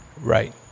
Right